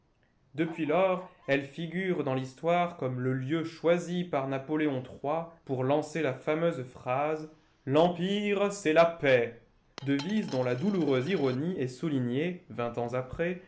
depuis lors elle figure dans l'histoire comme le lieu choisi par napoléon iii pour lancer la fameuse phrase l'empire c'est la paix devise dont la douloureuse ironie est soulignée vingt ans après